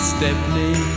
Stepney